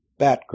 Batgirl